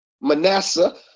Manasseh